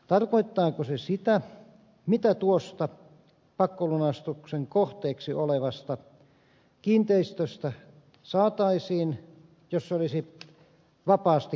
tarkoittaako se sitä mitä tuosta pakkolunastuksen kohteeksi olevasta kiinteistöstä saataisiin jos se olisi vapaasti kaupan